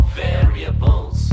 variables